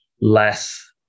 less